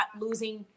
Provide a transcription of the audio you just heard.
losing